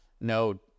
no